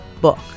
book